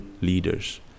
leaders